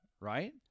right